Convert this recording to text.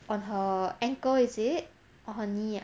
on her ankle is it or her knee ah